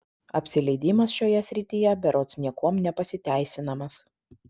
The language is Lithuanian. apsileidimas šioje srityje berods niekuom nepasiteisinamas